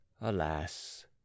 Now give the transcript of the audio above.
alas